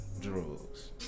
drugs